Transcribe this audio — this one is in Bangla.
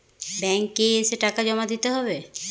ব্যাঙ্ক এ এসে টাকা জমা দিতে হবে?